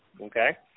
Okay